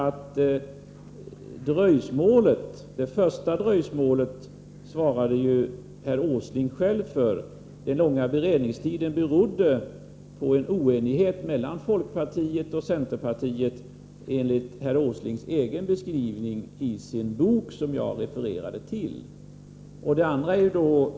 Det första dröjsmålet svarade ju herr Åsling själv för. Enligt herr Åslings egen beskrivning i sin bok, som jag refererade till, berodde den långa beredningstiden på oenighet mellan folkpartiet och centerpartiet.